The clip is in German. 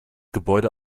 gebäude